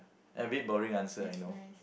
a bit boring answer I know